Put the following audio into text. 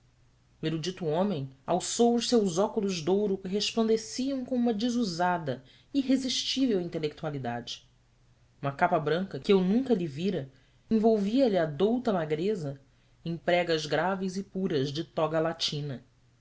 o erudito homem alçou os seus óculos de ouro que resplandeciam com uma desusada irresistível intelectualidade uma capa branca que eu nunca lhe vira envolvia lhe a douta magreza em pregas graves e puras de toga latina